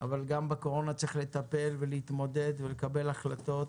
אבל גם בקורונה צריך לטפל ולהתמודד ולקבל החלטות